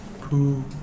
Pooh